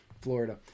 Florida